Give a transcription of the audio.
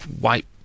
white